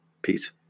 Peace